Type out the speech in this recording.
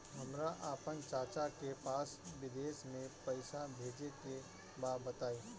हमरा आपन चाचा के पास विदेश में पइसा भेजे के बा बताई